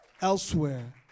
elsewhere